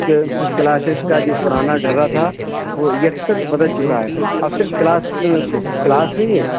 classes کا جو پرانا ڈھرا تھا وہ کثر بدل چکا ہے اب صرف کلاس صرف کلاس نہیں ہے